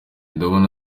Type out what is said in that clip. ndabona